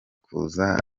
kuza